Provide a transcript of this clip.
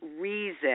reason